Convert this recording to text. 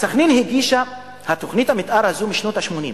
סח'נין הגישה את תוכנית המיתאר הזאת בשנות ה-80.